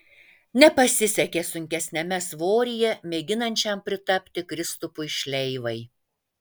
nepasisekė sunkesniame svoryje mėginančiam pritapti kristupui šleivai